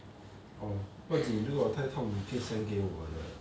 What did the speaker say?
oh 不用紧那个如果太痛可以給我的